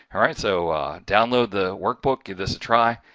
alright, so download the workbook. give this a try.